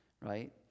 right